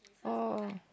oh